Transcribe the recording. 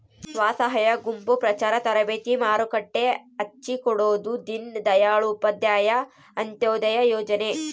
ಸ್ವಸಹಾಯ ಗುಂಪು ಪ್ರಚಾರ ತರಬೇತಿ ಮಾರುಕಟ್ಟೆ ಹಚ್ಛಿಕೊಡೊದು ದೀನ್ ದಯಾಳ್ ಉಪಾಧ್ಯಾಯ ಅಂತ್ಯೋದಯ ಯೋಜನೆ